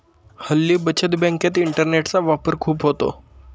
हल्ली बचत बँकेत इंटरनेटचा वापर खूप होतो